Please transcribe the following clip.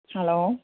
hello